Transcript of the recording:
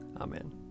Amen